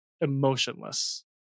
emotionless